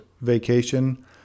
vacation